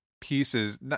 pieces